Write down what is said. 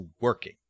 working